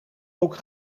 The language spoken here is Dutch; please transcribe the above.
ook